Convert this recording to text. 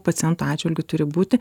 paciento atžvilgiu turi būti